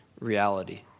reality